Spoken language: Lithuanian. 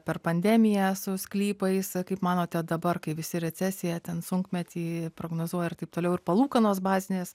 per pandemiją su sklypais kaip manote dabar kai visi recesija ten sunkmetį prognozuoja ir taip toliau ir palūkanos bazinės